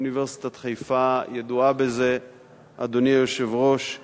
אוניברסיטת חיפה ידועה, אדוני היושב-ראש,